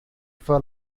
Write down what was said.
for